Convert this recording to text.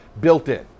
built-in